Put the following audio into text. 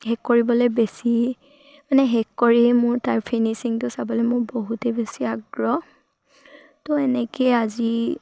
শেষ কৰিবলৈ বেছি মানে শেষ কৰিয়েই মোৰ তাৰ ফিনিচিংটো চাবলৈ মোৰ বহুতেই বেছি আগ্ৰহ ত' এনেকেই আজি